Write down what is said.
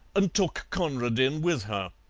and took conradin with her,